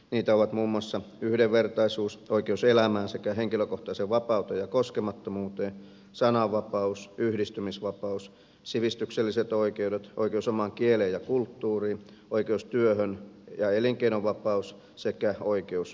niitä ovat muun muassa yhdenvertaisuus oikeus elämään sekä henkilökohtaiseen vapauteen ja koskemattomuuteen sananvapaus yhdistymisvapaus sivistykselliset oikeudet oikeus omaan kieleen ja kulttuuriin oikeus työhön ja elinkeinovapaus sekä oikeus sosiaaliturvaan